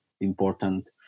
important